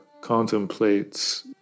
contemplates